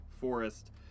forest